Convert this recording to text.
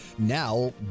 Now